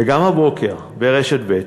וגם הבוקר, ברשת ב',